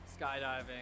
skydiving